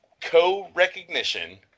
co-recognition